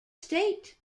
state